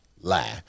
lie